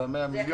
זה ה-100 מיליון